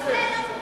זה לא מכובד,